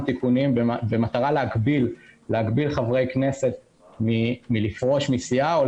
תיקונים במטרה להגביל חברי כנסת מלפרוש מסיעה או,